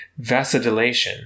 vasodilation